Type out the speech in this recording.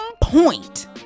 point